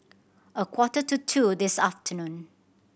a quarter to two this afternoon